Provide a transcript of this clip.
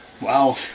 Wow